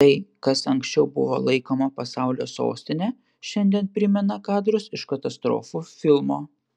tai kas anksčiau buvo laikoma pasaulio sostine šiandien primena kadrus iš katastrofų filmo